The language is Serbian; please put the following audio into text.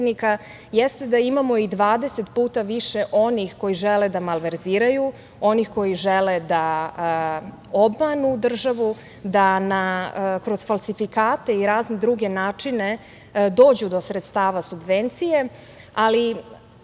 jeste da imamo i 20 puta više onih koji žele da malverziraju, onih koji žele da obmanu državu, da kroz falsifikate i razne druge načine dođu do sredstava subvencije.